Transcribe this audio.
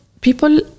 people